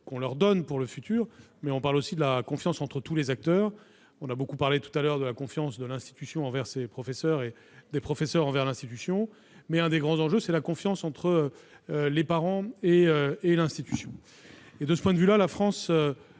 qu'on leur donne dans le futur, mais aussi de la confiance entre tous les acteurs. On a beaucoup parlé de la confiance de l'institution envers ses professeurs et des professeurs envers l'institution, mais l'un des grands enjeux, c'est la confiance entre les parents et l'institution. À cet égard, la situation en France